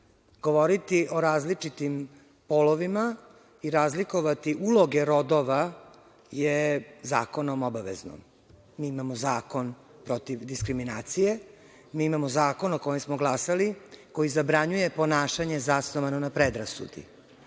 govoriti o različitim polovima i razlikovati uloge rodova je zakonom obavezno. Mi imamo Zakon protiv diskriminacije, mi imamo Zakon o kojem smo glasali, koji zabranjuje ponašanje zasnovano na predrasudi.U